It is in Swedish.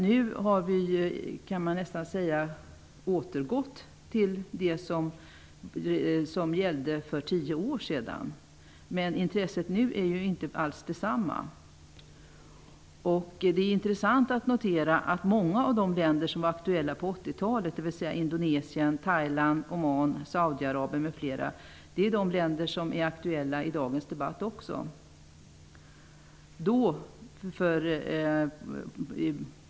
Nu har vi, kan man nästan säga, återgått till det som gällde för tio år sedan, men intresset nu är ju inte alls detsamma. Det är intressant att notera att många av de länder som var aktuella på 80-talet, dvs. Indonesien, Thailand, Oman, Saudiarabien m.fl., är de länder som är aktuella i dagens debatt också.